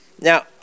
Now